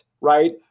right